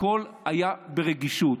הכול היה ברגישות.